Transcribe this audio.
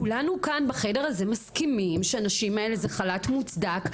כולנו כאן בחדר הזה מסכימים שהנשים האלה זה חל"ת מוצדק,